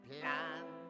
Plan